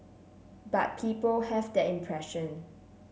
but people have that impression